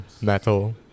metal